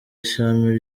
ishami